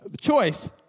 Choice